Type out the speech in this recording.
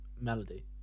melody